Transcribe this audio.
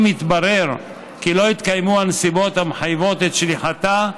אם התברר כי לא התקיימו הנסיבות המחייבות את שליחתה,